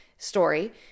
story